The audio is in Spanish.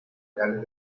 gales